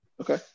okay